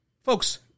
Folks